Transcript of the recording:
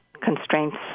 constraints